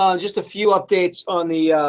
um just a few updates on the,